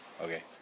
Okay